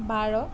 বাৰ